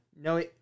No